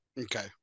Okay